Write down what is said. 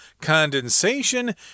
condensation